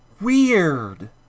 Weird